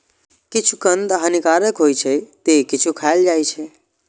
किछु कंद हानिकारक होइ छै, ते किछु खायल जाइ छै